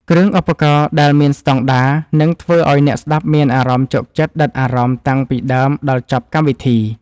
គ្រឿងឧបករណ៍ដែលមានស្តង់ដារនឹងធ្វើឱ្យអ្នកស្ដាប់មានអារម្មណ៍ជក់ចិត្តដិតអារម្មណ៍តាំងពីដើមដល់ចប់កម្មវិធី។